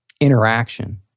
Interaction